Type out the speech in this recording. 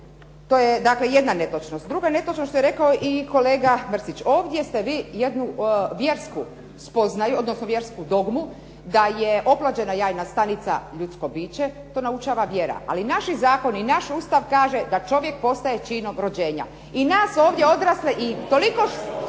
dakle jedna netočnost. Druga netočnost, što je rekao i kolega Mrsić. Ovdje ste vi jednu vjersku spoznaju, odnosno vjersku dogmu da je oplođena jajna stanica ljudsko biće. To naučava vjera. Ali naši zakoni i naš Ustav kaže da čovjek postaje činom rođenja. I nas ovdje odrasle i toliko